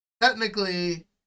technically